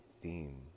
theme